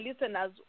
listeners